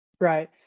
Right